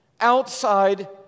outside